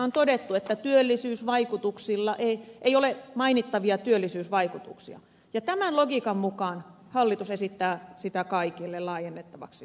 on todettu että ei ole mainittavia työllisyysvaikutuksia ja tämän logiikan mukaan hallitus esittää sitä kaikille laajennettavaksi